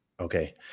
Okay